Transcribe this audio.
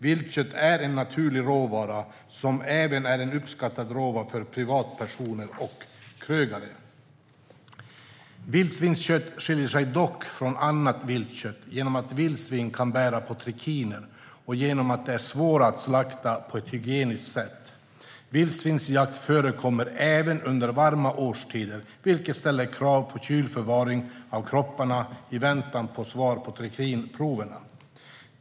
Viltkött är en naturlig råvara som även är en uppskattad råvara för privatpersoner och krögare. Vildsvinskött skiljer sig dock från annat viltkött genom att vildsvin kan bära på trikiner och genom att de är svåra att slakta på ett hygieniskt sätt. Vildsvinsjakt förekommer även under varma årstider, vilket ställer krav på kylförvaring av kropparna i väntan på svar på trikinproverna.